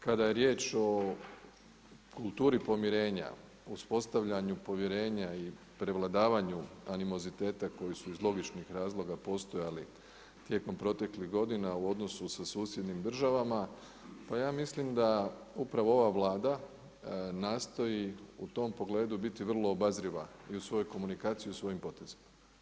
Kada je riječ o kulturi pomirenja, uspostavljanju povjerenja i prevladavanju animoziteta koji su iz logičnih razloga postojali tijekom proteklih godina u odnosu sa susjednim državama, pa ja mislim da upravo ova Vlada, nastoji u tom pogledu biti vrlo obazriva, i u svojoj komunikaciji i u svojim potezima.